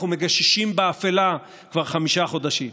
אנחנו מגששים באפלה כבר חמישה חודשים.